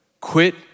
Quit